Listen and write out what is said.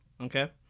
Okay